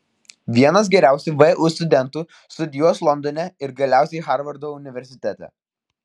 vienas geriausių vu studentų studijos londone ir galiausiai harvardo universitete